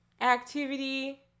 activity